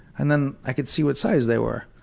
and then i could see what size they were.